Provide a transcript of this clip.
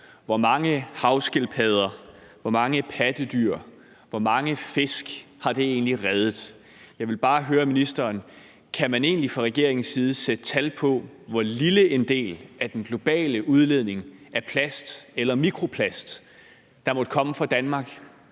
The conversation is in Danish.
hvor mange havskildpadder, hvor mange pattedyr og hvor mange fisk har det her sugerørsforbud egentlig reddet? Jeg ville bare høre ministeren, om man egentlig fra regeringens side kan sætte tal på, hvor lille en del af den globale udledning af plast eller af mikroplast der måtte komme fra Danmark,